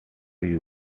you